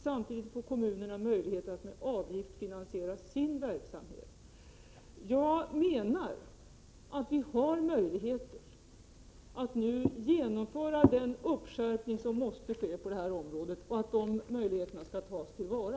Samtidigt får kommunerna möjlighet att med avgifter finansiera sin verksamhet. Vi kan nu genomföra den skärpning som måste ske på detta område. De möjligheterna skall tas till vara.